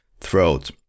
throat